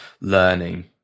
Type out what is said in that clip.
learning